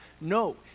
No